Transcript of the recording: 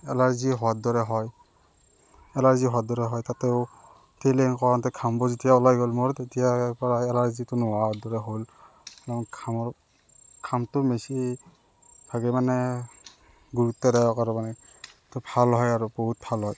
allergy হোৱাৰ দৰে হয় এলাৰ্জি হোৱাৰ দৰে হয় তাতেও ট্ৰেইল ৰানিং কৰোঁতে ঘামবোৰ যেতিয়া ওলাই গ'ল মোৰ তেতিয়াৰ পৰা এলাৰ্জিটো নোহোৱা হোৱাৰ দৰে হ'ল মোক ঘামৰ ঘামটো বেছিভাগেই মানে গুৰুত্বদায়ক আৰু মানে তো ভাল হয় আৰু বহুত ভাল হয়